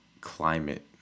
climate